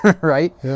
right